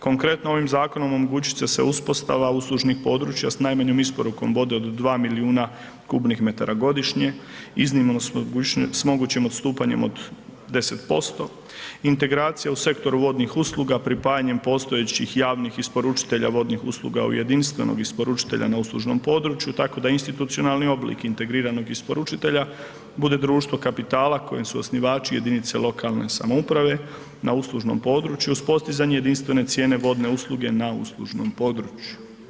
Konkretno, ovim zakonom omogućit će se uspostava uslužnih područja s najmanjom isporukom vode od 2 milijuna m3 godišnje, iznimno s mogućim odstupanjem od 10%, integracija u sektoru vodnih usluga pripajanjem postojećih javnih isporučitelja vodnih usluga u jedinstvenog isporučitelja na uslužnom području, tako da institucionalni oblik integriranog isporučitelja bude društvo kapitala kojem su osnivači jedinice lokalne samouprave na uslužnom području uz postizanje jedinstvene cijene vodne usluge na uslužnom području.